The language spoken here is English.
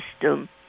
system